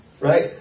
Right